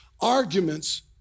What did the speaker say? Arguments